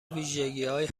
ویژگیهایی